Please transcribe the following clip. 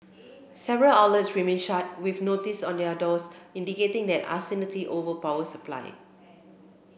several outlets remained shut with notices on their doors indicating the uncertainty over power supply